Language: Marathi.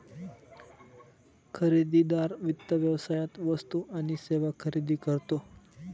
खरेदीदार वित्त व्यवसायात वस्तू आणि सेवा खरेदी करतो